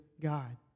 God